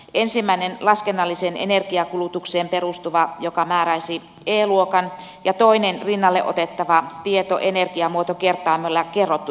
ensimmäinen laskennalliseen energiankulutukseen perustuva joka määräisi e luokan ja toinen rinnalle otettava tieto energiamuotokertoimella kerrottu tulos